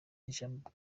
ijambo